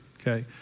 okay